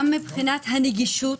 גם מבחינת הנגישות,